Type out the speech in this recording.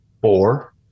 Four